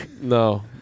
No